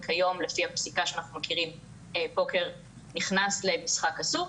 וכיום לפי הפסיקה שאנחנו מכירים פוקר נכנס למשחק אסור,